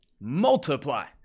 Multiply